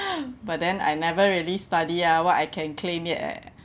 but then I never really study ah what I can claim yet eh